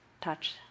touch